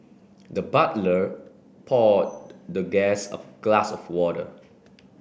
the butler poured the guest a glass of water